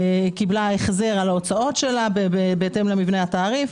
קיבלה החזר על ההוצאות שלה בהתאם למבנה התעריף,